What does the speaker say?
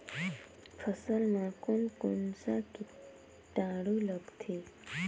फसल मा कोन कोन सा कीटाणु लगथे?